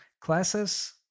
classes